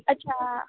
ਅੱਛਾ